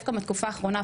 דווקא מהתקופה האחרונה,